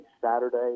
Saturday